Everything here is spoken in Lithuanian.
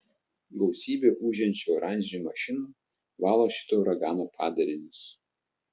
gausybė ūžiančių oranžinių mašinų valo šito uragano padarinius